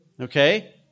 Okay